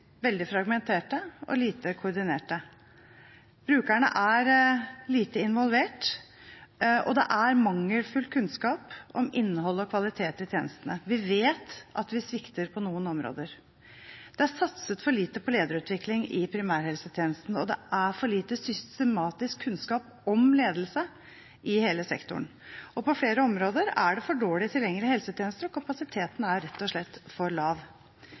veldig fragmenterte og lite koordinerte. Brukerne er lite involvert, og det er mangelfull kunnskap om innhold og kvalitet i tjenestene. Vi vet at vi svikter på noen områder. Det er satset for lite på lederutvikling i primærhelsetjenesten – og det er for lite systematisk kunnskap om ledelse i hele sektoren. På flere områder er det for dårlig tilgjengelige helsetjenester, og kapasiteten er rett og slett for lav.